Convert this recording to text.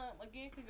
again